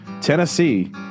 Tennessee